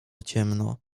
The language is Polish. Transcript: ciemno